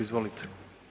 Izvolite.